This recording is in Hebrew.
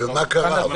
ומה קרה?